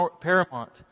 paramount